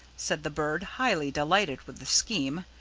said the bird, highly delighted with the scheme.